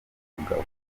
n’umugabo